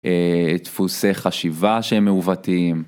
תפוסי חשיבה שהם מעוותים.